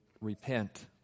repent